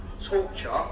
torture